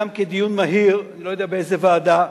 גם כדיון מהיר, אני לא יודע באיזו ועדה.